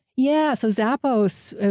yeah. so zappos,